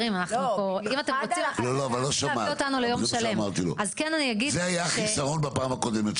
אז כן אני אגיד --- זה היה החיסרון בפעם הקודמת.